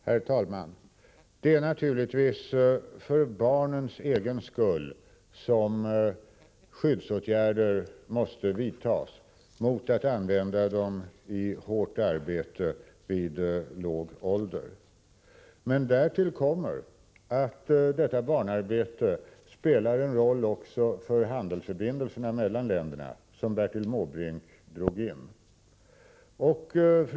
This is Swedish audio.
Herr talman! Det är naturligtvis för barnens egen skull som skyddsåtgärder måste vidtas, så att barn inte används i hårt arbete vid låg ålder. Men därtill kommer att barnarbetet spelar en roll också för handelsförbindelserna mellan länderna, som Bertil Måbrink gick in på.